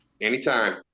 Anytime